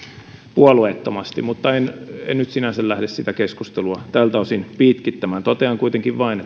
puolueettomasti mutta en en nyt sinänsä lähde sitä keskustelua tältä osin pitkittämään totean kuitenkin vain